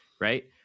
right